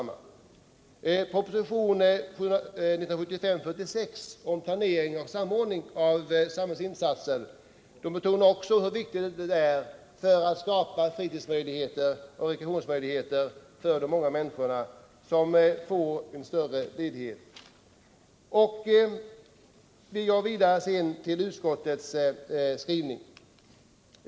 I propositionen 1975:46 om planering och samordning av samhällets insatser för rekreation och turism betonas också vikten av att det skapas fritidsoch rekreationsmöjligheter för de många människor som kommer att få en längre ledighet. Jag går härefter vidare till utskottets skrivning.